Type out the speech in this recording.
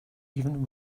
even